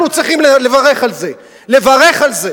אנחנו צריכים לברך על זה,